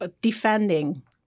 defending